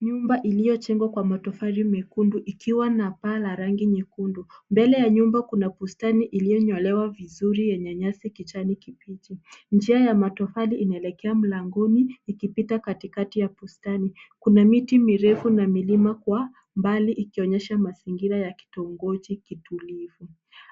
Nyumba iliyojengwa kwa matofali mekundu ikiwa na paa la rangi nyekundu. Mbele ya nyumba kuna bustani iliyonyolewa vizuri yenye nyasi kijani kibichi. Njia ya matofali inaelekea mlangoni, ikipita katikati ya bustani. Kuna miti mirefu na milima kwa mbali ikionyesha mazingira ya kitongoji kitulivu.